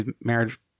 marriage